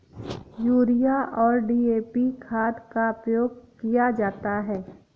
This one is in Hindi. यूरिया और डी.ए.पी खाद का प्रयोग किया जाता है